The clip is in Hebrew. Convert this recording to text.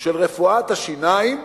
של רפואת השיניים